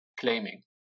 claiming